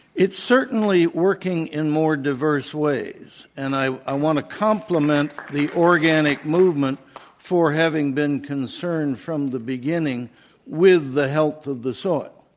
it's certainly working in more diverse ways. and i want to compliment the organic movement for having been concerned from the beginni ng with the health of the soil.